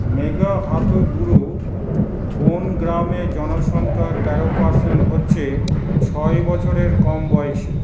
মেঘাহাতুবুরু বন গ্রামে জনসংখ্যার তেরো পারসেন্ট হচ্ছে ছয় বছরের কম বয়সী